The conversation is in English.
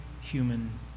human